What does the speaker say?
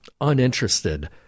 uninterested